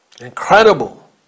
Incredible